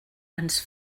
ens